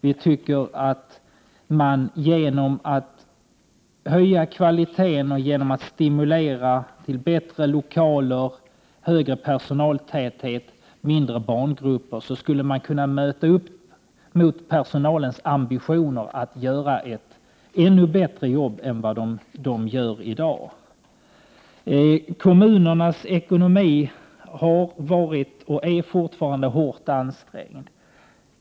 Vi tror att man genom att höja kvaliteten och genom att stimulera till bättre lokaler, större personaltäthet och mindre barngrupper skulle kunna tillmötesgå personalens ambitioner när det gäller att göra ett ännu bättre jobb än den gör i dag. Kommunernas ekonomi har varit och är fortfarande hårt ansträngd.